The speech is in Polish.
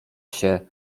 się